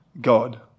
God